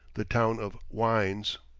the town of wines.